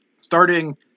starting